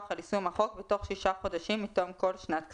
על יישום החוק בתוך שישה חודשים מתום כל שנת כספים".